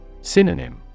Synonym